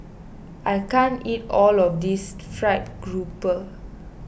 I can't eat all of this Fried Grouper